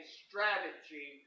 strategy